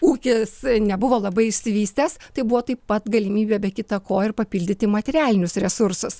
ūkis nebuvo labai išsivystęs tai buvo taip pat galimybė be kita ko ir papildyti materialinius resursus